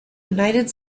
united